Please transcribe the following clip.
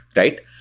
right?